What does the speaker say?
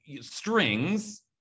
strings